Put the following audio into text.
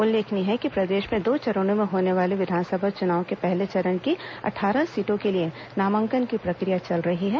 उल्लेखनीय है कि प्रदेश में दो चरणों में होने वाले विधानसभा चुनाव के पहले चरण की अट्ठारह सीटों के लिए नामांकन की प्रक्रिया चल रही है